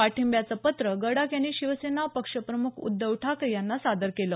पाठिंब्याचं पत्र गडाख यांनी शिवसेना पक्षप्रमुख उद्धव ठाकरे यांना सादर केलं